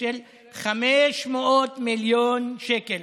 500 מיליון שקל.